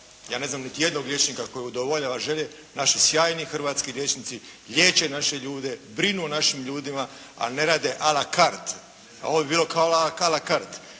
Ja ne znam niti jednog liječnika koji udovoljava želje. Naši sjajni hrvatski liječnici liječe naše ljude, brinu o našim ljudima, a ne rade a la card. Ovo bi bilo a la card.